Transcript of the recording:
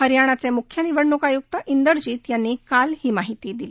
हरयाणाचे मुख्य निवढणूक आयुक्त इंदरजीत यांनी काल ही माहिती दिली